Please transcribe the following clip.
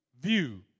view